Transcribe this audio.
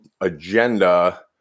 agenda